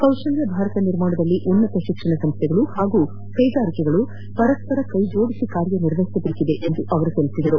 ಕೌಶಲ್ಯ ಭಾರತ ನಿರ್ಮಾಣ ಮಾಡುವಲ್ಲಿ ಉನ್ನತ ಶಿಕ್ಷಣ ಸಂಸ್ಥೆಗಳು ಹಾಗೂ ಕೈಗಾರಿಕೆಗಳು ಪರಸ್ಪರ ಕೈಜೋಡಿಸಿ ಕಾರು ನಿರ್ವಹಿಸಬೇಕಿದೆ ಎಂದು ಅವರು ಹೇಳಿದರು